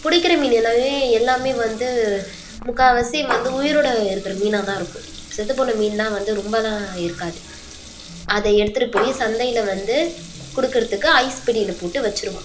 பிடிக்கிற மீன் எல்லாமே எல்லாமே வந்து முக்கால்வாசி வந்து உயிரோடு இருக்கிற மீனாகதான் இருக்கும் செத்து போன மீன்னால் வந்து ரொம்பலாம் இருக்காது அதை எடுத்துட்டு போய் சந்தையில் வந்து கொடுக்குறதுக்கு ஐஸ் பெட்டியில் போட்டு வச்சுருவோம்